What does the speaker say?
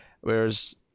Whereas